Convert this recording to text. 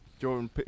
Jordan